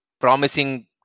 promising